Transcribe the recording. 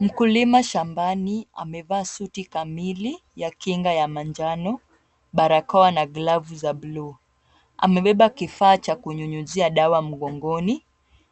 Mkulima shambani amevaa suti kamili ya kinga ya manjano, barakoa na glavu za bluu. Amebeba kifaa cha kunyunyuzia dawa mgongoni,